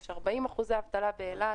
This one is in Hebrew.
יש 40% אבטלה באילת.